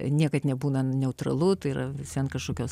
niekad nebūna neutralu tai yra vis vien kažkokios